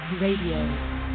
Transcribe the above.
Radio